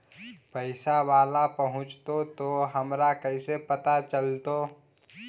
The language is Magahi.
पैसा बाला पहूंचतै तौ हमरा कैसे पता चलतै?